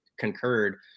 concurred